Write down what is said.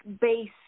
base